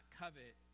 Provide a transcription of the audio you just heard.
covet